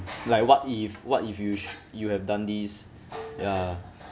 like what if what if you've you have done this ya